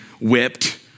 whipped